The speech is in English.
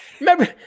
Remember